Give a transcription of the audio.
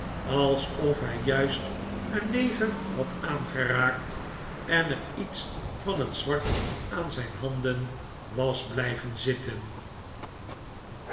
alsof hij juist een neger had aangeraakt en er iets van het zwart aan zijn handen was blijven zitten